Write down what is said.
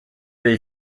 dei